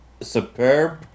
superb